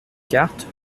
cartes